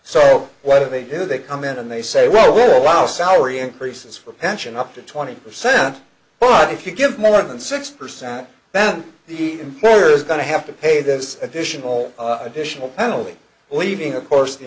so what do they do they come in and they say well we'll allow salary increases for pension up to twenty percent but if you give more than six percent then the employer is going to have to pay this additional additional penalty leaving of course the